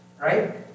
Right